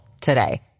today